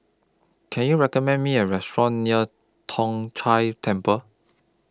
Can YOU recommend Me A Restaurant near Tong Whye Temple